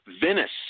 Venice